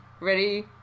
ready